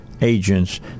agents